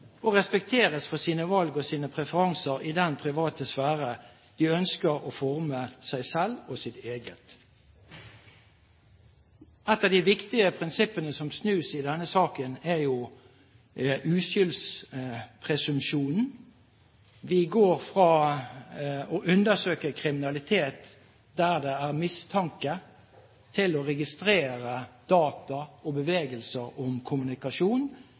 og respektert for sine valg og sine preferanser i den private sfære de ønsker å forme seg selv og sitt eget.» Et av de viktige prinsippene som snus i denne saken, er uskyldspresumpsjonen. Vi går fra å undersøke kriminalitet der det er mistanke, til å registrere data og bevegelser om kommunikasjon